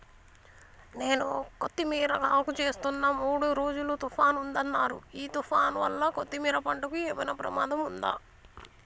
నేను కొత్తిమీర సాగుచేస్తున్న మూడు రోజులు తుఫాన్ ఉందన్నరు ఈ తుఫాన్ వల్ల కొత్తిమీర పంటకు ఏమైనా ప్రమాదం ఉందా?